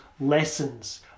lessons